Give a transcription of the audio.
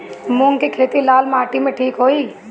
मूंग के खेती लाल माटी मे ठिक होई?